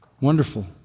Wonderful